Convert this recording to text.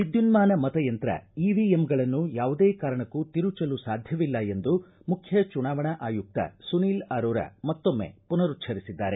ವಿದ್ಯುನ್ನಾನ ಮತಯಂತ್ರ ಇವಿಎಂಗಳನ್ನು ಯಾವುದೇ ಕಾರಣಕ್ಕೂ ತಿರುಚಲು ಸಾಧ್ಯವಿಲ್ಲ ಎಂದು ಮುಖ್ಯ ಚುನಾವಣಾ ಆಯುಕ್ತ ಸುನೀಲ್ ಅರೋರಾ ಮತ್ತೊಮ್ಮೆ ಪುನರುಚ್ಧರಿಸಿದ್ದಾರೆ